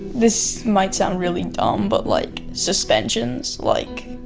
this might sound really dumb, but like suspensions, like,